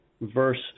verse